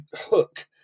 hook